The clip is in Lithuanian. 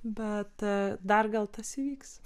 bet dar gal tas įvyks